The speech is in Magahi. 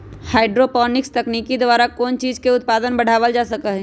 हाईड्रोपोनिक्स तकनीक द्वारा कौन चीज के उत्पादन बढ़ावल जा सका हई